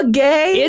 gay